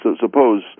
suppose